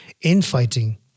infighting